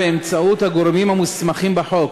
באמצעות הגורמים המוסמכים בחוק,